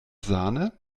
sahne